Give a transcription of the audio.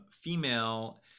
female